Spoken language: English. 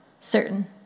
certain